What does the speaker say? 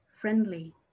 friendly